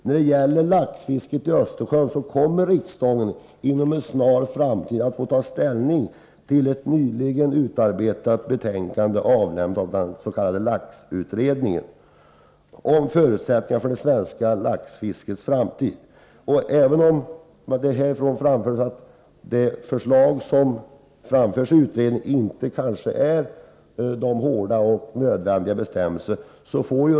När det gäller laxfisket i Östersjön kommer riksdagen inom en snar framtid att få ta ställning till ett nyligen avlämnat betänkande från laxutredningen om förutsättningarna för det svenska laxfisket. Det har här framhållits att utredningens förslag kanske inte innehåller tillräckligt hårda bestämmelser.